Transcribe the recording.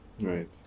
Right